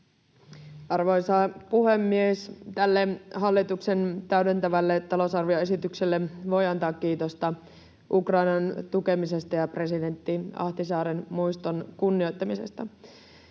Arvoisa puhemies! Tälle hallituksen täydentävälle talousarvioesitykselle voi antaa kiitosta Ukrainan tukemisesta ja presidentti Ahtisaaren muiston kunnioittamisesta.